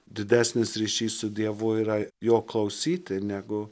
didesnis ryšys su dievu yra jo klausyti negu